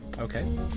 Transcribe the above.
Okay